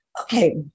okay